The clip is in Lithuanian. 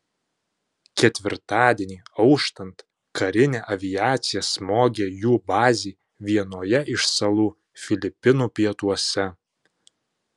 ketvirtadienį auštant karinė aviacija smogė jų bazei vienoje iš salų filipinų pietuose